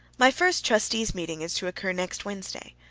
my first trustees' meeting is to occur next wednesday.